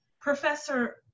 Professor